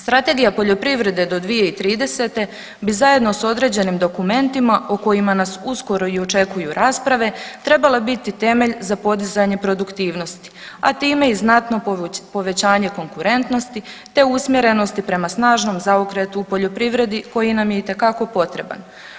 Strategija poljoprivrede do 2030. bi zajedno s određenim dokumentima o kojima nas uskoro i očekuju rasprave trebala biti temelj za podizanje produktivnosti, a time i znatno povećanje konkurentnosti te usmjerenosti prema snažnom zaokretu u poljoprivredi koji nam je itekako potreban.